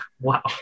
Wow